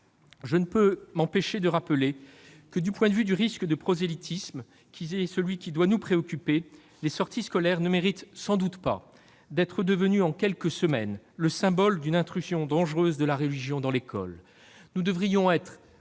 Je ne peux m'empêcher de rappeler que, du point de vue du risque de prosélytisme qui doit nous préoccuper, les sorties scolaires ne méritent sans doute pas d'être devenues en quelques semaines le symbole d'une intrusion dangereuse de la religion dans l'école. Nous devrions être